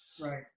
Right